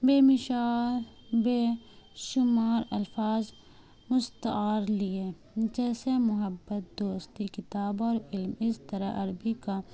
بے مثال بے شمار الفاظ مستعار لیے جیسے محبت دوستی کتاب اور علم اس طرح عربی کا